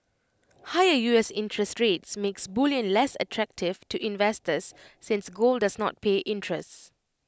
higher U S interest rates makes bullion less attractive to investors since gold does not pay interests